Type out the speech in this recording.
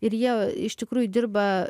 ir jie iš tikrųjų dirba